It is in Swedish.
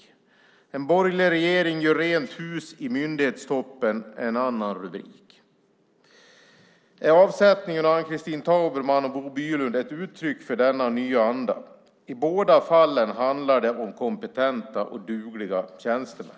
En annan rubrik var: En borgerlig regering gör rent hus i myndighetstoppen. Är avsättningen av Ann-Christin Tauberman och Bo Bylund ett uttryck för denna nya anda? I båda fallen handlar det om kompetenta och dugliga tjänstemän.